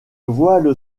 voile